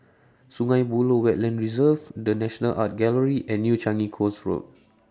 Sungei Buloh Wetland Reserve The National Art Gallery and New Changi Coast Road